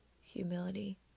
humility